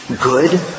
good